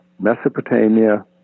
Mesopotamia